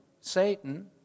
Satan